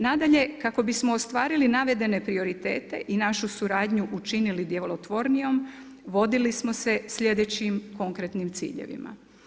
Nadalje kako bismo ostvarili navedene prioritete i našu suradnju učinili djelotvornijom vodili smo se sljedećim konkretnim ciljevima.